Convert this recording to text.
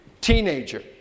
teenager